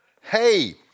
Hey